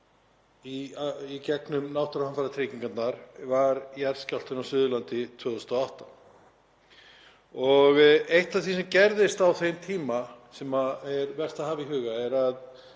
í gegnum náttúruhamfaratryggingarnar var jarðskjálftinn á Suðurlandi 2008. Eitt af því sem gerðist á þeim tíma sem er vert að hafa í huga, sér í